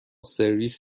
سرویس